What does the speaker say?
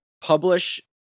publish